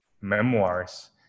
memoirs